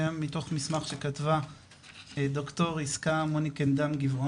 הם מתוך מסמך שכתבה ד"ר יסכה מוניקנדם-גבעון,